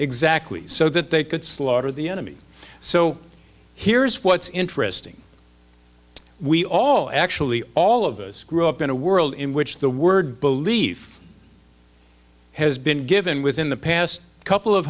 exactly so that they could slaughter the enemy so here's what's interesting we all actually all of us grew up in a world in which the word belief has been given within the past couple of